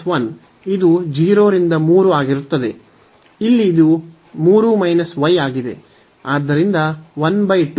ಇಲ್ಲಿ 4 y 1 ಇದು 0 ರಿಂದ 3 ಆಗಿರುತ್ತದೆ